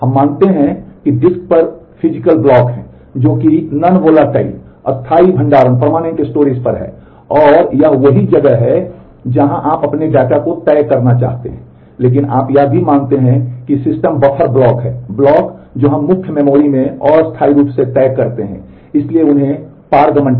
हम मानते हैं कि डिस्क पर भौतिक ब्लॉक हैं जो कि गैर वाष्पशील में उपयोग किया जा सकता है